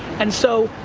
and so,